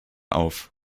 auf